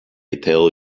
tell